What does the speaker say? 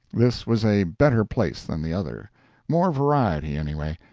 this was a better place than the other more variety anyway,